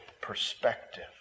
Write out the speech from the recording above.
perspective